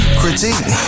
critique